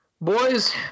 boys